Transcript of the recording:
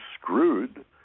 screwed